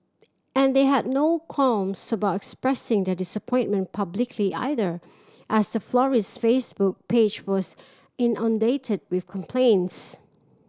and they had no qualms about expressing their disappointment publicly either as the florist's Facebook page was inundated with complaints